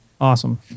Awesome